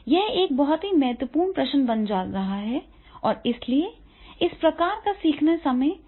यह एक बहुत ही महत्वपूर्ण प्रश्न बनता जा रहा है और इसलिए इस प्रकार का सीखना समय के साथ बन रहा है